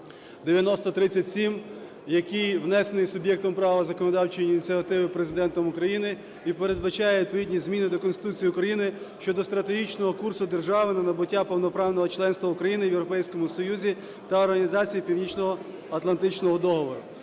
9037, який внесений суб'єктом права законодавчої ініціативи Президентом України і передбачає відповідні зміни до Конституції України щодо стратегічного курсу держави на набуття повноправного членства України в Європейському Союзі та в Організації Північноатлантичного договору.